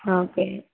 okay